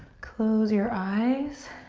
close your eyes.